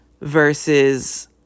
versus